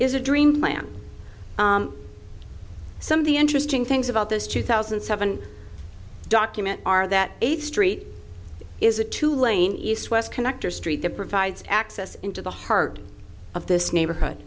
is a dream land some of the interesting things about this two thousand and seven document are that eighth street is a two lane east west connector street that provides access into the heart of this neighborhood